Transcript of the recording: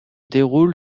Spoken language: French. déroule